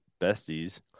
besties